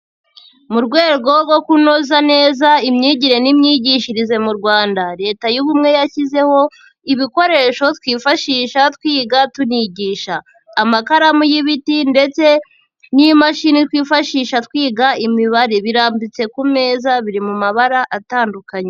Mu rwego rwo kunoza neza imyigire n'imyigishirize mu Rwanda, Leta y'ubumwe yashyizeho ibikoresho twifashisha twiga tunigisha, amakaramu y'ibiti ndetse n'imashini twifashisha twiga imibare, birambitse ku meza, biri mu mabara atandukanye.